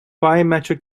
biometric